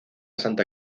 santa